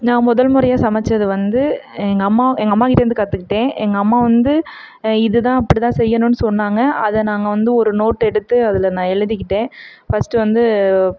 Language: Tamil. நான் முதல் முறையா சமைச்சது வந்து எங்கள் அம்மா எங்கள் அம்மா கிட்டேருந்து கற்றுக்கிட்டேன் எங்கள் அம்மா வந்து இது தான் அப்படி தான் செய்யணும்னு சொன்னாங்க அதை நாங்கள் வந்து ஒரு நோட் எடுத்து அதில் நான் எழுதிக்கிட்டேன் ஃபர்ஸ்டு வந்து